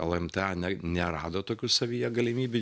lmta nerado tokių savyje galimybių